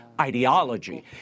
ideology